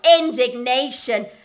indignation